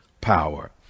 power